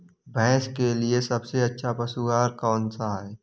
भैंस के लिए सबसे अच्छा पशु आहार कौन सा है?